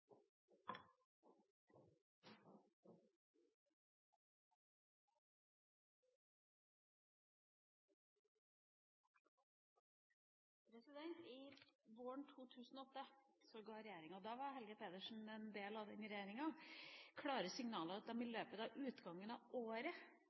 barnehager viktigst. Våren 2008 ga regjeringa – og da var Helga Pedersen en del av den regjeringa – klare signaler om at